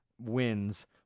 wins